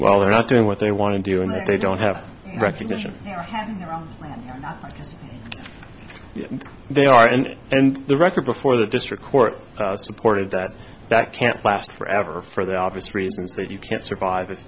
well they're not doing what they want to do and they don't have recognition you're having your own land they are and and the record before the district court supported that that can't last forever for the obvious reasons that you can't survive